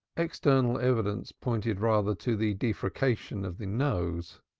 external evidence pointed rather to the defrication of the nose.